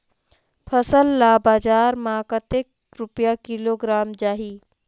फसल ला बजार मां कतेक रुपिया किलोग्राम जाही?